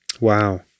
Wow